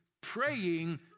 praying